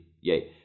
Yay